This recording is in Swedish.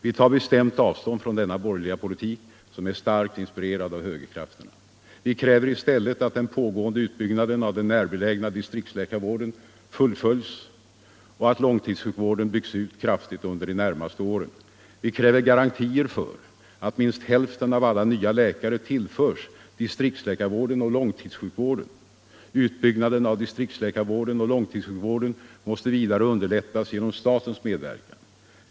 Vi tar bestämt avstånd från denna borgerliga politik som är starkt inspirerad av högerkrafterna. Vi kräver i stället att den pågående utbyggnaden av den närbelägna distriktsläkarvården fullföljs och att långtidssjukvården byggs ut kraftigt under de närmaste åren. Vi kräver garantier för att minst hälften av alla nya läkare tillförs distriktsläkarvården och långtidssjukvården. Utbyggnaden av distriktsläkarvården och långtidssjukvården måste vidare underlättas genom statens medverkan.